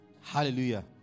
Hallelujah